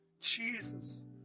Jesus